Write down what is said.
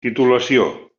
titulació